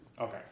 Okay